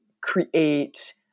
create